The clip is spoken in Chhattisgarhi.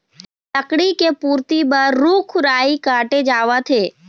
लकड़ी के पूरति बर रूख राई काटे जावत हे